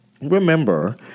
Remember